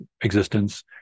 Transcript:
existence